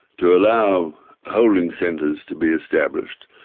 to allow holding centres to be established,